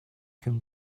can